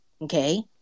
Okay